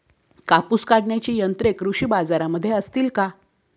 कापूस काढण्याची यंत्रे कृषी बाजारात असतील का?